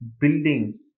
building